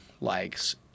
likes